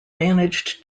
managed